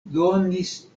donis